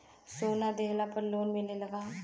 सोना दिहला पर लोन मिलेला का?